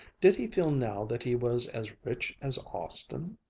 did he feel now that he was as rich as austin?